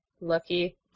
Lucky